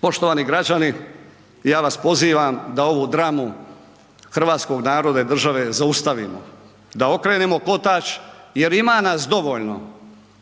Poštovani građani, ja vas pozivam da ovu dramu hrvatskog naroda i države zaustavimo, da okrenemo kotač jer ima nas dovoljno